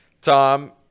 Tom